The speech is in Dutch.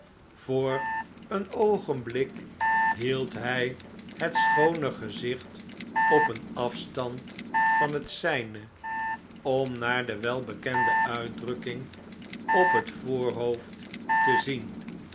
voor een oogenblik hield hjj het schoone gezicht op een afstand van het zgne om naar de welbekende uitdrukking op het voorhoofd te zien